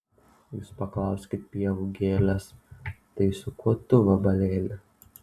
jūs paklauskit pievų gėlės tai su kuo tu vabalėli